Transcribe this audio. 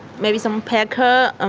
maybe some packer um